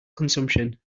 consumption